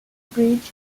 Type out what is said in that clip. bridge